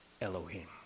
Elohim